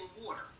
water